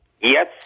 Yes